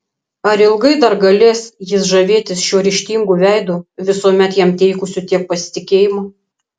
ar ilgai dar galės jis žavėtis šiuo ryžtingu veidu visuomet jam teikusiu tiek pasitikėjimo